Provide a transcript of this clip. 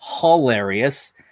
hilarious